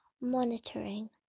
Monitoring